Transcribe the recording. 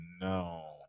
no